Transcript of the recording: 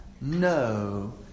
No